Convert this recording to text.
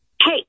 Hey